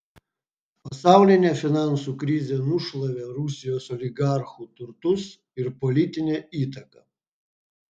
pasaulinė finansų krizė nušlavė rusijos oligarchų turtus ir politinę įtaką